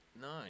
nine